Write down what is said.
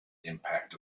impact